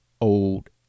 old